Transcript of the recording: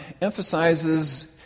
emphasizes